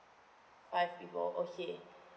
five people okay